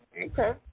Okay